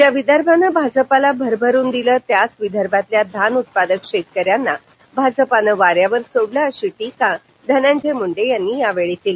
ज्या विदर्भानं भाजपला भरभरून दिलं त्याच विदर्भातल्या धान उत्पादक शेतकऱ्यांना भाजपानं वाऱ्यावर सोडलं अशी टीका धनंजय मुंडे यांनी यावेळी केली